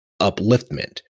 upliftment